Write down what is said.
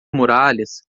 muralhas